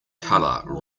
color